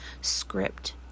script